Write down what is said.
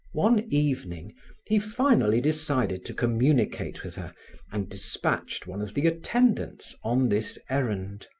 one evening he finally decided to communicate with her and dispatched one of the attendants on this errand.